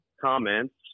comments